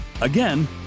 Again